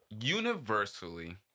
universally